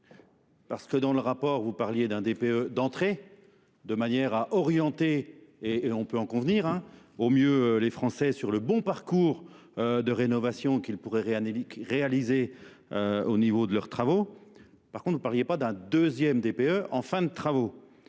Parce que dans le rapport vous parliez d'un DPE d'entrée, de manière à orienter, et on peut en convenir, au mieux les Français sur le bon parcours de rénovation qu'ils pourraient réaliser au niveau de leurs travaux. Par contre, vous ne parliez pas d'un deuxième DPE en fin de travaux.